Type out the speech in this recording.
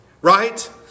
right